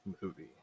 movie